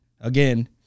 again